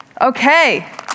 Okay